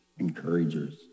Encouragers